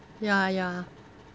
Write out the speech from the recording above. ya ya